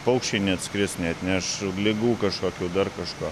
paukščiai neatskris neatneš ligų kažkokių dar kažko